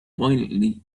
violently